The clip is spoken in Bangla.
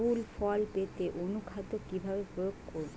ফুল ফল পেতে অনুখাদ্য কিভাবে প্রয়োগ করব?